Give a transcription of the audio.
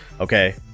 okay